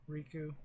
Riku